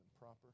proper